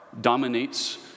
dominates